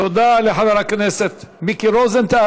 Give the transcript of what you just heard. תודה לחבר הכנסת מיקי רוזנטל.